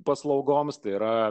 paslaugoms tai yra